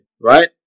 right